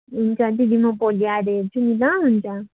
हुन्छ दिदी म भोलि आएर हेर्छु नि ल हुन्छ